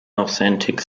authentic